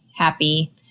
happy